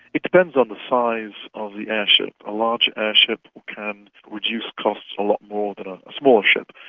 it depends on the size of the airship. a larger airship can reduce costs a lot more than a smaller ship,